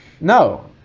no